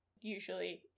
usually